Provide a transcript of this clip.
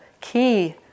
key